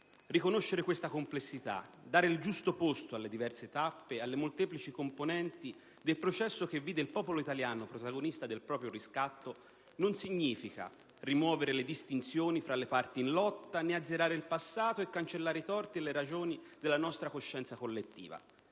Riconoscere questa complessità, dare il giusto posto alle diverse tappe e alle molteplici componenti del processo che vide il popolo italiano protagonista del proprio riscatto, non significa rimuovere le distinzioni fra le parti in lotta, né azzerare il passato e cancellare i torti e le ragioni dalla nostra coscienza collettiva.